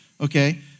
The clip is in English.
okay